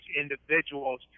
individuals